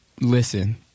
listen